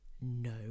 no